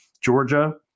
Georgia